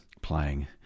playing